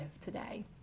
today